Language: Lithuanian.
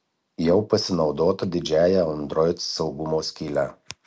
jau pasinaudota didžiąja android saugumo skyle